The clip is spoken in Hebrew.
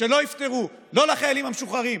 כשלא יפתרו לא לחיילים המשוחררים,